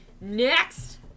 Next